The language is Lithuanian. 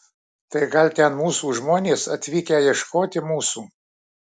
tai gal ten mūsų žmonės atvykę ieškoti mūsų